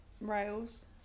rails